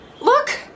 Look